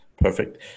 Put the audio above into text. Perfect